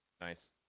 Nice